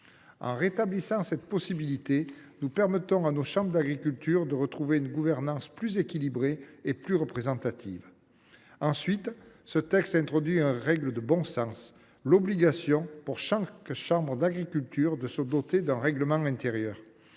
En rétablissant cette possibilité, nous permettons à nos chambres d’agriculture de retrouver une gouvernance plus équilibrée et plus représentative. En outre, ce texte introduit une règle de bon sens : l’obligation pour chaque chambre d’agriculture de se doter d’un règlement intérieur.